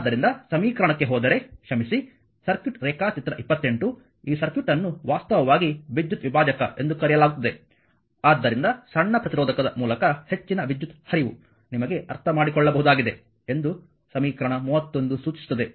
ಆದ್ದರಿಂದ ಸಮೀಕರಣಕ್ಕೆ ಹೋದರೆ ಕ್ಷಮಿಸಿ ಸರ್ಕ್ಯೂಟ್ ರೇಖಾಚಿತ್ರ 28 ಈ ಸರ್ಕ್ಯೂಟ್ ಅನ್ನು ವಾಸ್ತವವಾಗಿ ವಿದ್ಯುತ್ ವಿಭಾಜಕ ಎಂದು ಕರೆಯಲಾಗುತ್ತದೆ ಆದ್ದರಿಂದ ಸಣ್ಣ ಪ್ರತಿರೋಧಕ ಮೂಲಕ ಹೆಚ್ಚಿನ ವಿದ್ಯುತ್ ಹರಿವು ನಿಮಗೆ ಅರ್ಥಮಾಡಿಕೊಳ್ಳಬಹುದಾಗಿದೆ ಎಂದು ಸಮೀಕರಣ 31 ಸೂಚಿಸುತ್ತದೆ